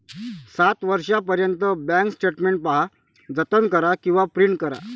सात वर्षांपर्यंत bank statement पहा, जतन करा किंवा प्रिंट करा